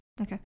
Okay